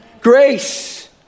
Grace